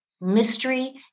Mystery